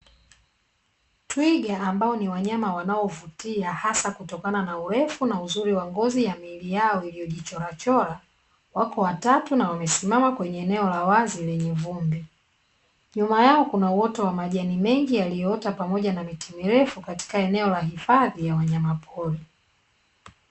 Twiga ambao ni wanyama wanaovutia hasa kutokana na urefu na uzuri wa ngozi ya miili yao iliyojichorachora, wako watatu na wamesimama kwenye eneo la wazi lenye vumbi. Nyuma yao kuna uoto wa majani mengi yaliyoota, pamoja na miti mirefu katika eneo la hifadhi ya wanyamapori.